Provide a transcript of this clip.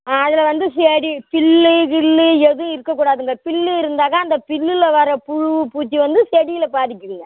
ஆ அதில் வந்து செடி புல்லு கில்லு எதுவும் இருக்கக்கூடாதுங்க புல்லு இருந்தாக்கா அந்த புல்லுல வர புழு பூச்சி வந்து செடிகளை பாதிக்குங்க